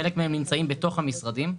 חלק מהם נמצאים בתוך המשרדים.